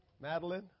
Madeline